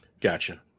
Gotcha